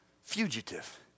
Fugitive